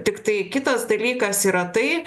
tiktai kitas dalykas yra tai